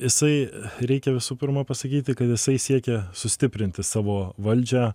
jisai reikia visų pirma pasakyti kad jisai siekė sustiprinti savo valdžią